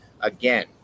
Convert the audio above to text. Again